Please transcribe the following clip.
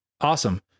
awesome